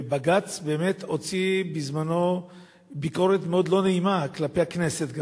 ובג"ץ באמת הוציא בזמנו ביקורת מאוד לא נעימה כלפי הכנסת,